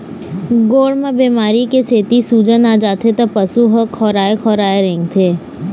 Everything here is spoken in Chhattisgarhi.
गोड़ म बेमारी के सेती सूजन आ जाथे त पशु ह खोराए खोराए रेंगथे